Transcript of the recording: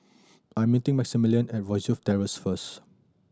I'm meeting Maximillian at Rosyth Terrace first